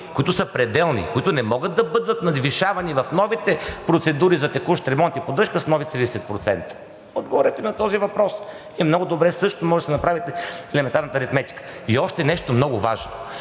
които са пределни, които не могат да бъдат надвишавани в новите процедури за текущ ремонт и поддръжка с нови 30%? Отговорете на този въпрос. Вие също много добре можете да си направите елементарната аритметика. И още нещо много важно.